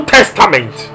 Testament